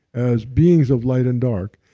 as beings of light and dark.